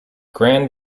grand